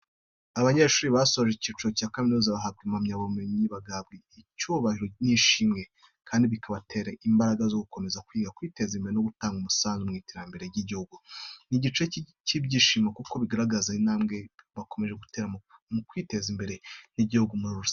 Abanyeshuri basoje icyiciro cya kaminuza bahabwa impamyabumenyi, bagahabwa icyubahiro n'ishimwe, kandi bikabatera imbaraga zo gukomeza kwiga, kwiteza imbere, no gutanga umusanzu mu iterambere ry'igihugu. Ni igihe cy'ibyishimo, kuko bigaragaza intambwe bakomeje gutera mu kwiteza imbere n'igihugu muri rusange.